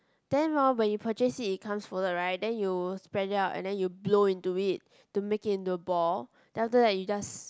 then while when you purchase it it comes folded right then you spread it out and then you blow in to it to make it into a ball then after you just